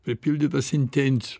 pripildytas intencių